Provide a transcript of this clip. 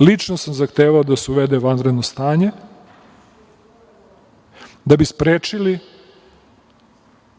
lično sam zahtevao da se uvede vanredno stanje da bi sprečili